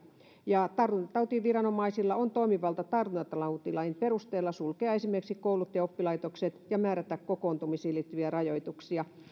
tartuntatautiviranomaisilla on toimivalta tartuntatautilain perusteella sulkea esimerkiksi koulut ja ja oppilaitokset ja määrätä kokoontumisiin liittyviä rajoituksia